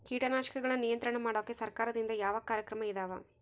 ಕೇಟನಾಶಕಗಳ ನಿಯಂತ್ರಣ ಮಾಡೋಕೆ ಸರಕಾರದಿಂದ ಯಾವ ಕಾರ್ಯಕ್ರಮ ಇದಾವ?